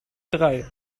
drei